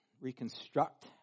reconstruct